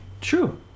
True